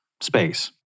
space